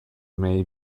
may